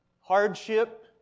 hardship